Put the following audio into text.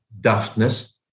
daftness